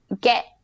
get